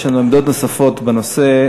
יש לנו עמדות נוספות בנושא.